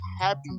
happy